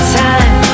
time